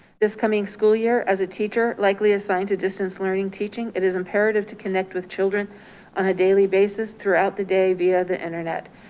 this coming school year as a teacher, likely assigned to distance learning, teaching it is imperative to connect with children on a daily basis throughout the day via the internet.